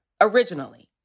originally